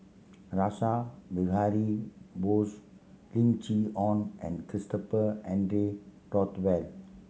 Rash Behari Bose Lim Chee Onn and Christopher Henry Rothwell